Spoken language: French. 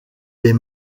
des